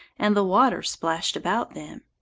and the water splashed about them.